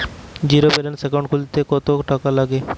Zero balance account খুলতে কত টাকা লাগে?